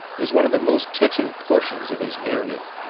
is one of the most touching portions of his narrative.